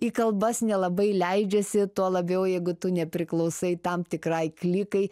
į kalbas nelabai leidžiasi tuo labiau jeigu tu nepriklausai tam tikrai klikai